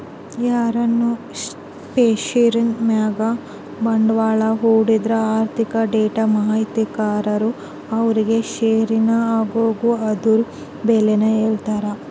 ಯಾರನ ಷೇರಿನ್ ಮ್ಯಾಗ ಬಂಡ್ವಾಳ ಹೂಡಿದ್ರ ಆರ್ಥಿಕ ಡೇಟಾ ಮಾಹಿತಿದಾರರು ಅವ್ರುಗೆ ಷೇರಿನ ಆಗುಹೋಗು ಅದುರ್ ಬೆಲೇನ ಹೇಳ್ತಾರ